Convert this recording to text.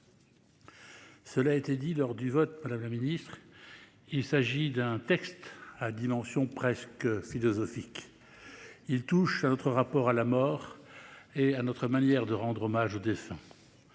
Cela a été indiqué lors du vote, madame la ministre : il s'agit d'un texte à dimension presque philosophique. Il touche à notre rapport à la mort et à notre manière de rendre hommage aux défunts.